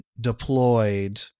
deployed